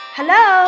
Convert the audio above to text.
Hello